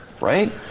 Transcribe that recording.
right